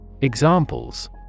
Examples